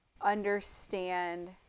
understand